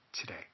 today